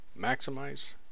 maximize